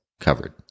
covered